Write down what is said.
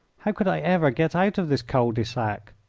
how could i ever get out of this cul-de-sac?